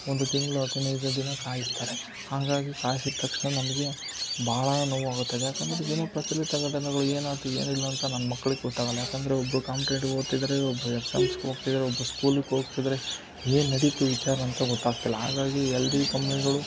ಒಂದು ತಿಂಗಳು ಹದಿನೈದು ದಿನ ಕಾಯಿಸ್ತಾರೆ ಹಾಗಾಗಿ ಕಾಯ್ಸಿದ ತಕ್ಷಣ ನಮಗೆ ಭಾಳ ನೋವಾಗುತ್ತೆ ಅದ್ಯಾಕಂದ್ರೆ ದಿನ ಪ್ರಚಲಿತ ಘಟನೆಗಳು ಏನಾಗ್ತಿದೆ ಏನಿಲ್ಲ ಅಂತ ನಮ್ಮ ಮಕ್ಳಿಗೆ ಗೊತ್ತಾಗೋಲ್ಲ ಯಾಕಂದರೆ ಒಬ್ಬರು ಕಾಂಪ್ಟೇಟಿವ್ ಓದ್ತಿದ್ದಾರೆ ಒಬ್ಬರು ಎಕ್ಸಾಮ್ಸ್ಗೆ ಹೋಗ್ತಿದ್ದಾರೆ ಒಬ್ಬರು ಸ್ಕೂಲಿಗೆ ಹೋಗ್ತಿದ್ದಾರೆ ಏನು ನಡಿಯಿತು ವಿಚಾರ ಅಂತ ಗೊತ್ತಾಗ್ತಿಲ್ಲ ಹಾಗಾಗಿ ಎಲ್ ಜಿ ಕಂಪ್ನಿಗಳು